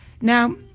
Now